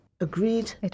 agreed